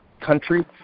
country